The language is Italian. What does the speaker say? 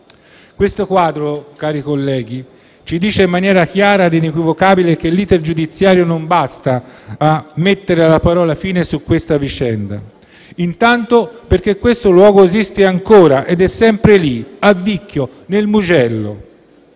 Questo quadro, cari colleghi, ci dice in maniera chiara ed inequivocabile che l'*iter* giudiziario non basta a mettere la parola fine su questa vicenda, intanto perché questo luogo esiste ancora ed è sempre lì, a Vicchio, nel Mugello.